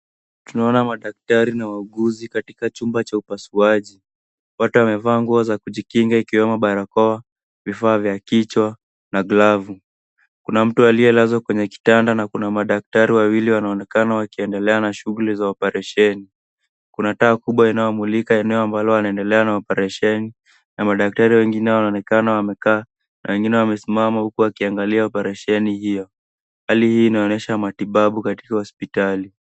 Tunaona madaktari na wauguzi katika chumba cha upasuaji. Wote wamevaa nguo za kujikinga ikiwemo barakoa, vifaa vya kichwa na glavu. Kuna mtu aliyelazwa kwenye kitanda na kuna madaktari wawili wanaonekana wakiendelea na shughuli za operesheni. Kuna taa kubwa inayomulika eneo ambalo wanaendelea na operesheni na madaktari wengine wanaonekana wamekaa na wengine wamesimama huku wakiangalia operesheni hiyo. Hali hii inaonesha matibabu katika hospitali.